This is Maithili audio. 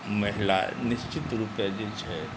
महिला निश्चित रूपे जे छै